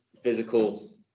physical